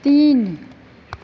तीन